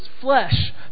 flesh